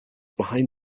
behind